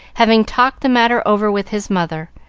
having talked the matter over with his mother,